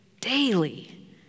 daily